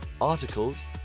articles